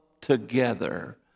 together